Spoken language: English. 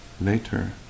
later